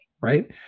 right